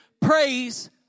praise